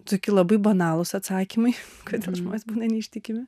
tokie labai banalūs atsakymai kodėl žmonės būna neištikimi